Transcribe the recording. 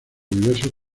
diversos